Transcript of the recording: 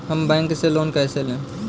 हम बैंक से लोन कैसे लें?